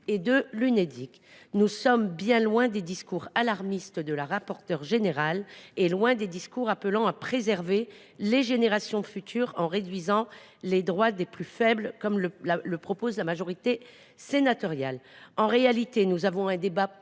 et de l’Unédic. Nous sommes bien loin et des discours alarmistes de la rapporteure générale et des discours appelant à préserver les générations futures en réduisant les droits des plus faibles, comme le propose la majorité sénatoriale. En réalité, nous avons un débat politique